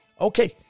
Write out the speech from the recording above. Okay